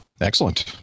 Excellent